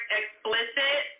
explicit